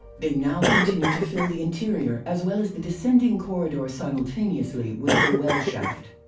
they now continue to fill the interior as well as the descending corridor simultaneously with the well shaft.